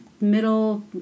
middle